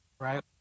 right